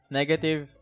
negative